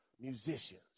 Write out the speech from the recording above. musicians